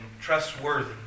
trustworthy